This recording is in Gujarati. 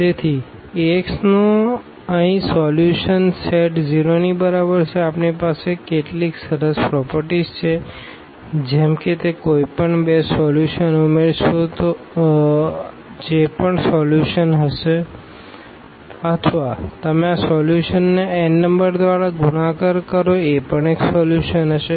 તેથી Axનો અહીં સોલ્યુશન સેટ 0 ની બરાબર છે આપણી પાસે કેટલીક સરસ પ્રોપરટીઝછે જેમ કે તમે કોઈપણ બે સોલ્યુશન ઉમેરશો જે પણ સોલ્યુશન હશે અથવા તમે આ સોલ્યુશનમાં n નંબર દ્વારા ગુણાકાર કરો જે પણ એક સોલ્યુશન હશે